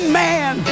man